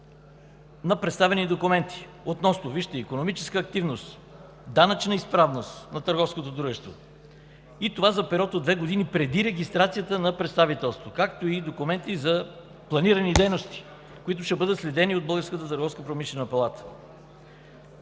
на представени документи относно икономическа активност, данъчна изправност на търговското дружество, и това за период от две години преди регистрацията на представителството, както и документи за планирани дейности, които ще бъдат следени от